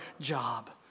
job